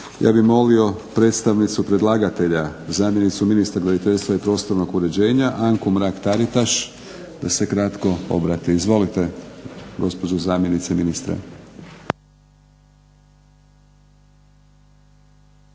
Ja bih molio predstavnicu predlagatelja zamjenicu ministra graditeljstva i prostornog uređenja Anku Mrak Taritaš da se kratko obrati. Izvolite gospođo zamjenice ministra.